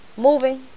moving